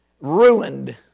ruined